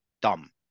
dumb